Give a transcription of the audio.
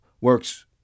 works